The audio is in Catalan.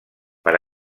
per